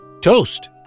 toast